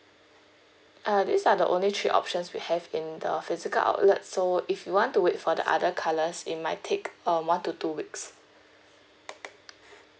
uh these are the only three options we have in the physical outlet so if you want to wait for the other colours it might take um one to two weeks